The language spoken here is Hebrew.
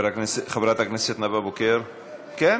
חברת הכנסת נאוה בוקר, מוותרת.